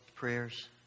Prayers